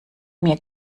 mir